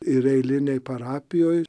ir eilinėj parapijoj